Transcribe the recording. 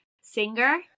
singer